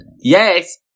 Yes